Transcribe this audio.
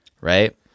right